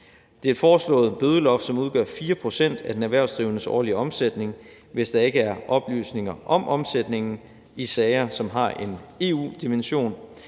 Det foreslåede bødeloft udgør 4 pct. af den erhvervsdrivendes årlige omsætning, hvis der ikke er oplysninger om omsætningen, i sager, som har en EU-dimension.